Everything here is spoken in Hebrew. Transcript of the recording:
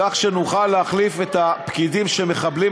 כך שנוכל להחליף את הפקידים שמחבלים